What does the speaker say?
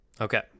Okay